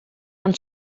ond